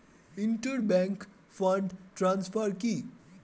Inter bank fund transfer কি?